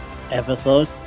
episode